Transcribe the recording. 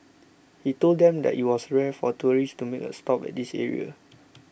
he told them that it was rare for tourists to make a stop at this area